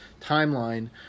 timeline